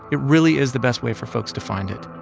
it really is the best way for folks to find it.